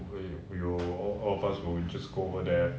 we we will all of us will just go over there